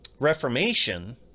Reformation